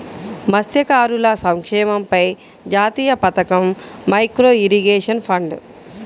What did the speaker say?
మత్స్యకారుల సంక్షేమంపై జాతీయ పథకం, మైక్రో ఇరిగేషన్ ఫండ్